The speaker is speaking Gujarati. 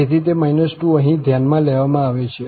તેથી તે 2 અહીં ધ્યાનમાં લેવામાં આવે છે